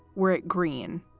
we're at green,